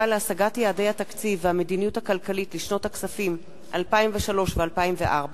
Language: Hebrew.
להשגת יעדי התקציב והמדיניות הכלכלית לשנות הכספים 2003 ו-2004)